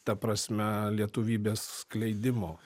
ta prasme lietuvybės skleidimo